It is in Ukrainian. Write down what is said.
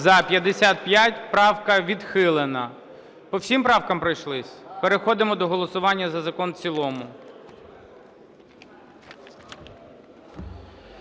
За-55 Правка відхилена. По всім правкам пройшлись? Переходимо до голосування за закон в цілому.